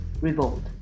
revolt